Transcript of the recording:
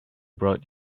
brought